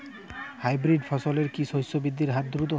Hybrid ফসলের কি শস্য বৃদ্ধির হার দ্রুত?